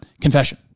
Confession